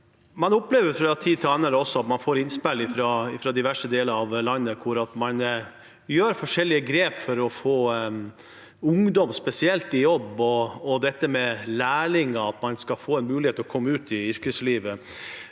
Man opplever fra tid til annen at man får innspill fra diverse deler av landet der de gjør forskjellige grep for å få spesielt ungdom i jobb, og for at lærlinger skal få en mulighet til å komme ut i yrkeslivet.